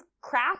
crap